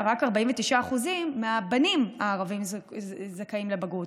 רק 49% מהבנים הערבים זכאים לבגרות.